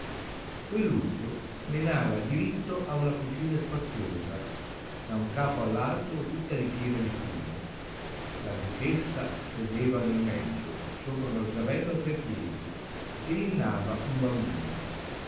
entrò quell'uscio menava diritto a una cucina spaziosa da un capo all'altro tutta ripiena di fumo la duchessa sedeva nel mezzo sopra uno sgabello a tre piedi e ninnava un bambino